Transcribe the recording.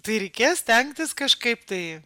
tai reikės stengtis kažkaip tai